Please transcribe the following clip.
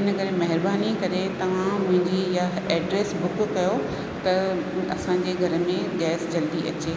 इन करे महिरबानी करे तव्हां मुंहिंजी इहा एड्रस बुक कयो त असांजे घर में गैस जल्दी अचे